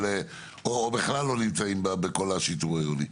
או בכלל לא נמצאות בכל השיטור העירוני?